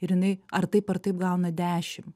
ir jinai ar taip ar taip gauna dešimt